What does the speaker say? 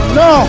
no